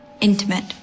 intimate